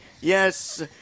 Yes